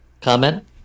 comment